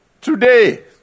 today